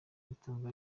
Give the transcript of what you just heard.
imitungo